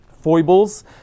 foibles